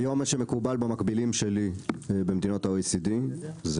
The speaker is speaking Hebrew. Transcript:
היום מה שמקובל במקבילים שלי במדינות ה-OECD זה